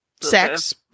sex